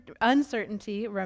uncertainty